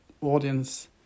audience